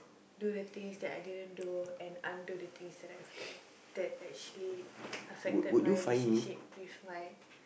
do the things that I didn't do and undo the things that I've done that actually affected my relationship with my